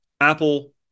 Apple